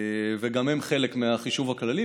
וגם הם חלק מהחישוב הכללי.